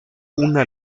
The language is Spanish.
una